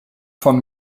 von